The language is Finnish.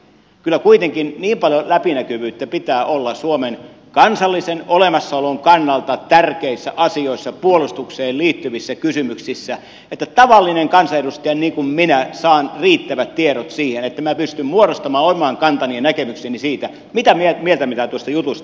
kyllä kuitenkin niin paljon läpinäkyvyyttä pitää olla suomen kansallisen olemassaolon kannalta tärkeissä asioissa ja puolustukseen liittyvissä kysymyksissä että tavallinen kansanedustaja niin kuin minä saa riittävät tiedot siihen että pystyy muodostamaan oman kantansa ja näkemyksensä siitä mitä mieltä tuosta jutusta on